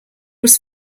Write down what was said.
was